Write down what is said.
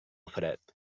fred